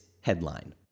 headline